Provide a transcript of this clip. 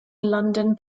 london